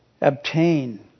obtain